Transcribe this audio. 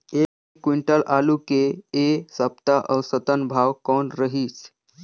एक क्विंटल आलू के ऐ सप्ता औसतन भाव कौन रहिस?